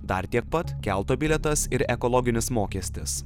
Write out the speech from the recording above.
dar tiek pat kelto bilietas ir ekologinis mokestis